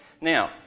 Now